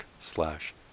slash